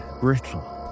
brittle